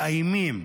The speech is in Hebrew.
מאיימים,